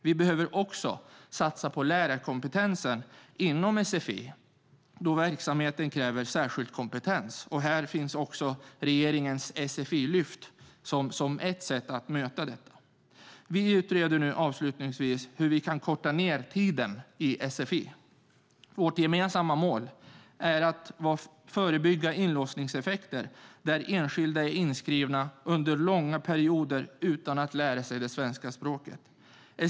Vi behöver också satsa på lärarkompetensen inom sfi, då verksamheten kräver särskild kompetens. Regeringens sfi-lyft är ett sätt att möta detta. Vi utreder nu hur vi kan korta ned tiden i sfi. Vårt gemensamma mål är att förebygga inlåsningseffekter där enskilda är inskrivna under långa perioder utan att lära sig svenska språket.